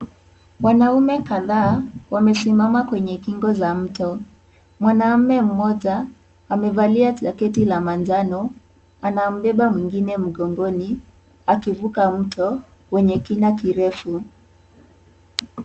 Wanaume kadhaa wamesimama kwenye kingo za mto. Mwanaume mmoja amevalia jaketi la manjano. Anambeba mwingine mgongoni akivuka mto wenye kina kirefu.